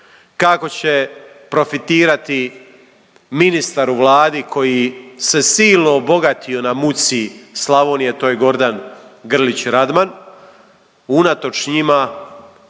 kako će profitirati ministar u Vladi koji se silno obogatio na muci Slavonije to je Gordan Grlić Radman. Unatoč njima